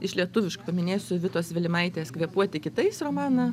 iš lietuviško paminėsiu vitos vilimaitės kvėpuoti kitais romaną